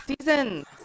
Seasons